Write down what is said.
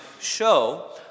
show